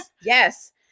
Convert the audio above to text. Yes